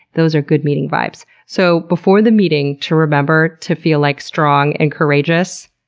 those are good meeting vibes. so before the meeting, to remember to feel like strong and courageous,